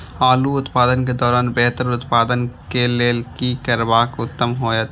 आलू उत्पादन के दौरान बेहतर उत्पादन के लेल की करबाक उत्तम होयत?